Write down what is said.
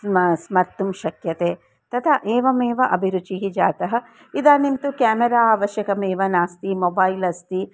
स्म स्मर्तुं शक्यते तथा एवमेव अभिरुचिः जातः इदानीं तु केमेरा आवश्यकमेव नास्ति मोबैल् अस्ति